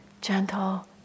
gentle